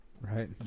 Right